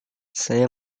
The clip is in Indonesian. saya